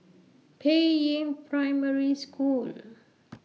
Peiying Primary School